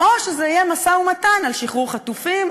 או שזה יהיה משא-ומתן על שחרור חטופים,